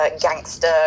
gangster